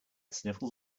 sniffles